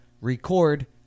record